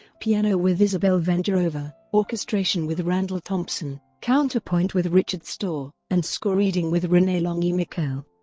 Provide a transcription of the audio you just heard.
piano with isabelle vengerova, orchestration with randall thompson, counterpoint with richard stohr, and score reading with renee longy miquelle.